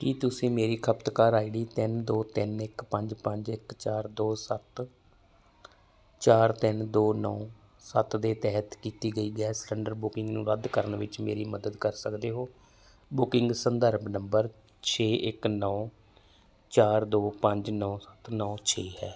ਕੀ ਤੁਸੀਂ ਮੇਰੀ ਖਪਤਕਾਰ ਆਈਡੀ ਤਿੰਨ ਦੋ ਤਿੰਨ ਇੱਕ ਪੰਜ ਪੰਜ ਇੱਕ ਚਾਰ ਦੋ ਸੱਤ ਚਾਰ ਤਿੰਨ ਦੋ ਨੌਂ ਸੱਤ ਦੇ ਤਹਿਤ ਕੀਤੀ ਗਈ ਗੈਸ ਸਿਲੰਡਰ ਬੁਕਿੰਗ ਨੂੰ ਰੱਦ ਕਰਨ ਵਿੱਚ ਮੇਰੀ ਮਦਦ ਕਰ ਸਕਦੇ ਹੋ ਬੁਕਿੰਗ ਸੰਦਰਭ ਨੰਬਰ ਛੇ ਇੱਕ ਨੌਂ ਚਾਰ ਦੋ ਪੰਜ ਨੌਂ ਸੱਤ ਨੌਂ ਛੇ ਹੈ